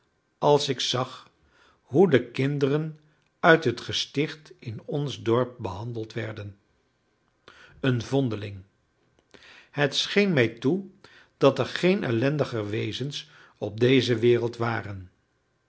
als ik zag hoe de kinderen uit het gesticht in ons dorp behandeld werden een vondeling het scheen mij toe dat er geen ellendiger wezens op deze wereld waren